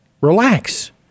relax